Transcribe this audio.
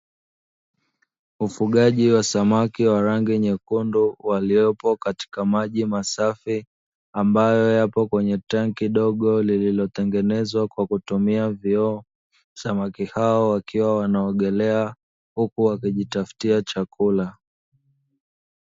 Ufugaji wa samaki wa rangi nyekundu waliopo katika maji masafi ambayo yapo kwenye tenki dogo lililotengenezwa kwa kutumia vioo, samaki hao wakiwa wanaogelea huku wakijitafutia chakula.